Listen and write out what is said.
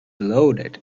loaded